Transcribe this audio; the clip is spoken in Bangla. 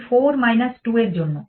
এই 4 2 এর জন্য